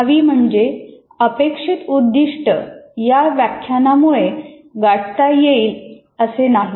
प्रभावी म्हणजे अपेक्षित उद्दिष्ट या व्याख्यान मुळे गाठता येईलच असे नाही